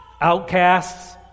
outcasts